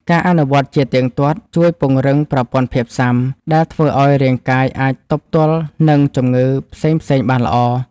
ការអនុវត្តជាទៀងទាត់ជួយពង្រឹងប្រព័ន្ធភាពស៊ាំ ដែលធ្វើឱ្យរាងកាយអាចទប់ទល់នឹងជំងឺផ្សេងៗបានល្អ។